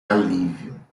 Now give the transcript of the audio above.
alívio